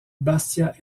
bastia